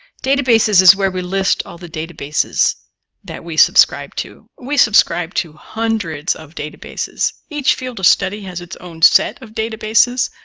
databases is where we list all the databases that we subscribe to. we subscribe to hundreds of databases. each field of study has its own set of databases,